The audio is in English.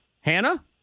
Hannah